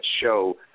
show